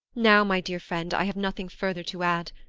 now, my dear friend, i have nothing farther to add.